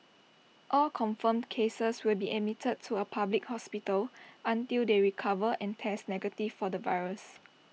all confirmed cases will be admitted to A public hospital until they recover and test negative for the virus